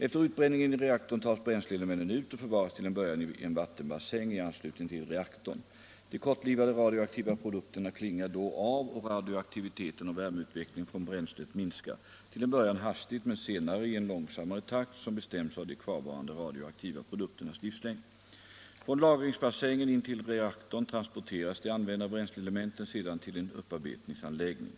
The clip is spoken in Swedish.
Efter utbränningen i reaktorn tas bränsleelementen ut och förvaras till en början i en vattenbassäng i anslutning till reaktorn. De kortlivade radioaktiva produkterna klingar då av och radioaktiviteten och värmeutvecklingen från bränslet minskar, till en början hastigt men senare i en långsammare takt som bestäms av de kvarvarande radioaktiva produkternas livslängd. Från lagringsbassängen intill reaktorn transporteras de använda bränsleelementen sedan till en upparbetningsanläggning.